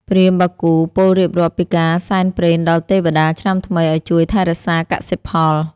ព្រាហ្មណ៍បាគូពោលរៀបរាប់ពីការសែនព្រេនដល់ទេវតាឆ្នាំថ្មីឱ្យជួយថែរក្សាកសិផល។